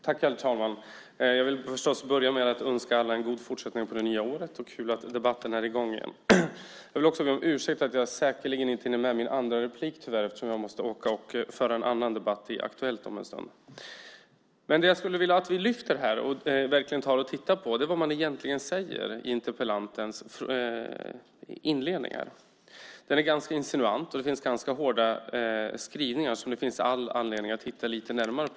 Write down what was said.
Herr talman! Jag vill börja med att önska alla en god fortsättning på det nya året. Det är kul att debatten är i gång igen. Jag vill också be om ursäkt för att jag tyvärr säkerligen inte hinner med mitt andra inlägg, eftersom jag måste åka och föra en annan debatt i Aktuellt om en stund. Det jag skulle vilja att vi lyfter upp här och verkligen tittar på är vad interpellanten verkligen säger i sin inledning. Den är ganska insinuant, och det finns ganska hårda skrivningar som det finns all anledning att titta lite närmare på.